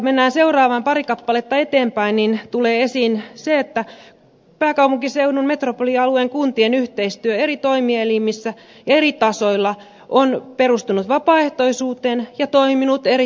kun mennään pari kappaletta eteenpäin tulee esiin se että pääkaupunkiseudun metropolialueen kuntien yhteistyö eri toimielimissä eri tasoilla on perustunut vapaaehtoisuuteen ja toiminut erittäin hyvin